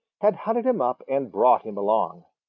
had hunted him up and brought him along.